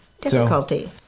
difficulty